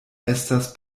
estas